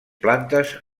plantes